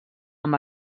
amb